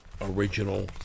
original